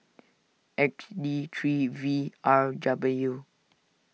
X D three V R W